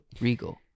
Regal